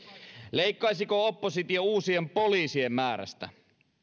leikkaisiko oppositio uusien poliisien määrästä